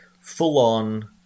full-on